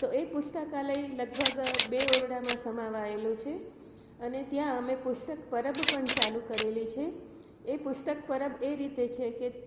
તો એ પુસ્તકાલય લગભગ બે ઓરડામાં સમાવાએલું છે અને ત્યાં અમે પુસ્તક પરબ પણ ચાલુ કરેલી છે એ પુસ્તક પરબ એ રીતે છે કે